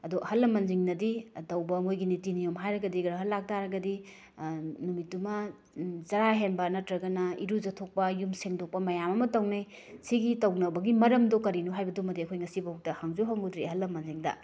ꯑꯗꯨ ꯑꯍꯜ ꯂꯃꯟꯁꯤꯡꯅꯗꯤ ꯇꯧꯕ ꯃꯣꯏꯒꯤ ꯅꯤꯇꯤ ꯅꯤꯌꯣꯝ ꯍꯥꯏꯔꯒꯗꯤ ꯒ꯭ꯔꯥꯍꯟ ꯂꯥꯛꯇꯥꯔꯒꯗꯤ ꯅꯨꯃꯤꯠꯇꯨꯃ ꯆꯔꯥ ꯍꯦꯟꯕ ꯅꯠꯇ꯭ꯔꯒꯅ ꯏꯔꯨꯖꯊꯣꯛꯄ ꯌꯨꯝ ꯁꯦꯡꯗꯣꯛꯄ ꯃꯌꯥꯝ ꯑꯃ ꯇꯧꯅꯩ ꯁꯤꯒꯤ ꯇꯧꯅꯕꯤ ꯃꯔꯝꯗꯣ ꯀꯔꯤꯅꯣ ꯍꯥꯏꯕꯗꯨꯃꯗꯤ ꯑꯩꯈꯣꯏ ꯉꯁꯤ ꯐꯥꯎꯕꯗ ꯍꯪꯁꯨ ꯍꯪꯎꯗ꯭ꯔꯤ ꯑꯍꯜ ꯂꯃꯟꯁꯤꯡꯗ